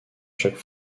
chaque